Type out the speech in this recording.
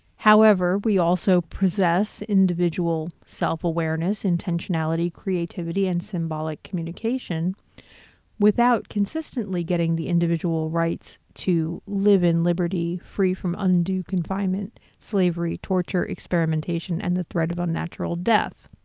however, we also possess individual self-awareness, intentionality, creativity and symbolic communication without consistently getting the individual rights to live in liberty free from undue confinement, slavery, torture, experimentation and the threat of unnatural death.